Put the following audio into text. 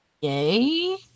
Yay